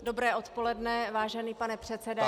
Dobré odpoledne, vážený pane předsedající